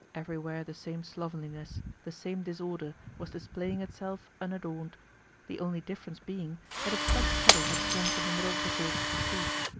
everywhere the same slovenliness, the same disorder, was displaying itself unadorned the only difference being that a fresh puddle had formed in the middle of the village street.